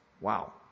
Wow